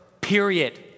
period